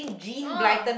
!oh!